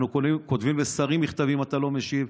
אנחנו כותבים לשרים מכתבים, אתה לא משיב.